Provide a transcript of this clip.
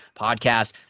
podcast